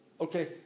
Okay